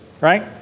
right